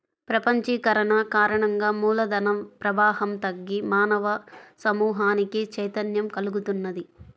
ప్రపంచీకరణ కారణంగా మూల ధన ప్రవాహం తగ్గి మానవ సమూహానికి చైతన్యం కల్గుతున్నది